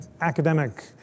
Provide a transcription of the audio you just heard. academic